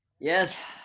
Yes